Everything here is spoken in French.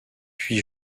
puis